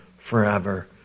forever